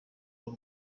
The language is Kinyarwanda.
b’u